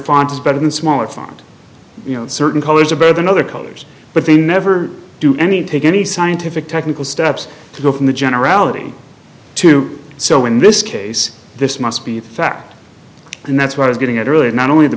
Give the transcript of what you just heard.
is better than smaller font you know certain colors are better than other colors but they never do any take any scientific technical steps to go from the generality to so in this case this must be a fact and that's what i was getting at really not only the